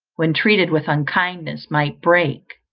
when treated with unkindness might break,